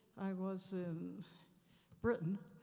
i was in britain,